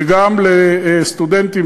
וגם לסטודנטים,